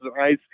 ice